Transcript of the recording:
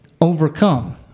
overcome